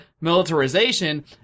militarization